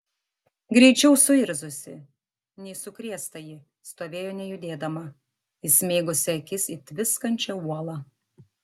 greičiau suirzusi nei sukrėstąjį stovėjo nejudėdama įsmeigusi akis į tviskančią uolą